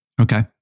Okay